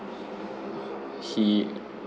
he